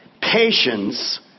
Patience